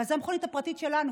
אבל זאת המכונית הפרטית שלנו,